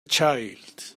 child